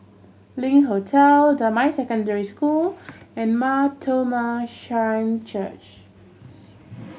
Link Hotel Damai Secondary School and Mar Thoma Syrian Church